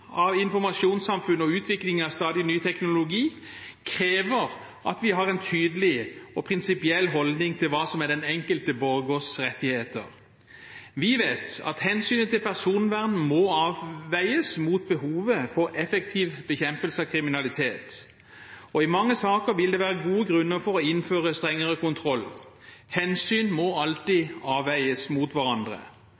av informasjonssamfunnet og utviklingen av stadig ny teknologi krever at vi har en tydelig og prinsipiell holdning til hva som er den enkelte borgers rettigheter. Vi vet at hensynet til personvernet må avveies mot behovet for effektiv bekjempelse av kriminalitet, og i mange saker vil det være gode grunner for å innføre strengere kontroll. Hensyn må alltid